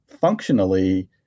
functionally